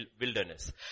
wilderness